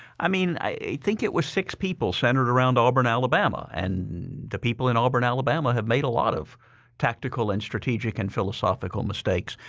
i mean i think it was six people centered around auburn, alabama and the people in auburn, alabama had made a lot of tactical and strategic and philosophical mistakes.